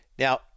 Now